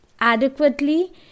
adequately